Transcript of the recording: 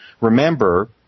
remember